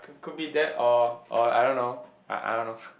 could could be that or or I don't know I I don't know